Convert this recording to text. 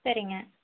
சரிங்க